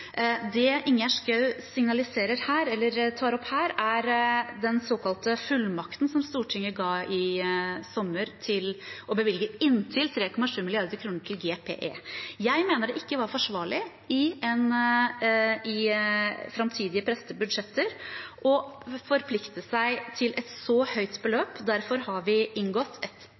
Det Ingjerd Schou tar opp her, er den såkalte fullmakten som Stortinget ga i sommer til å bevilge inntil 3,7 mrd. kr til GPE. Jeg mener det ikke var forsvarlig i framtidige, pressede budsjetter å forplikte seg til et så høyt beløp. Derfor har vi inngått